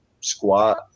squat